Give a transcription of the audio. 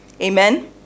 Amen